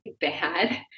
bad